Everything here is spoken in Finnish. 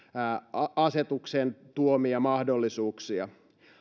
asetuksen tuomia mahdollisuuksia